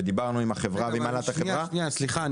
ודיברנו עם החברה ועם הנהלת החברה סליחה,